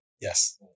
Yes